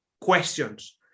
questions